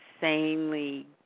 insanely